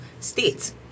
states